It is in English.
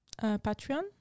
Patreon